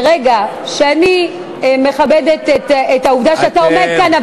ברגע שאני מכבדת את העובדה שאתה עומד כאן,